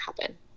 happen